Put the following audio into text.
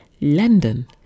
London